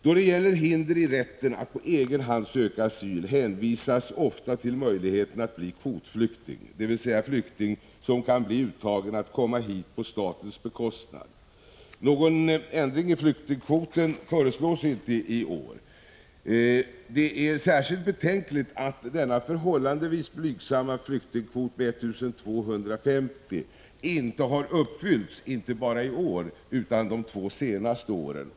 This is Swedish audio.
Då det gäller hinder i rätten att på egen hand söka asyl hänvisas ofta till möjligheten att bli kvotflykting, dvs. flykting som kan bli uttagen att komma hit på statens bekostnad. Någon ändring i flyktingkvoten föreslås inte i år. Det är särskilt betänkligt att denna förhållandevis blygsamma flyktingkvot — 1 250 — inte har uppfyllts vare sig i år eller de två senaste åren.